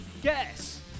Guess